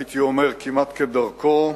הייתי אומר כמעט כדרכו.